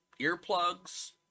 earplugs